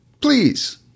Please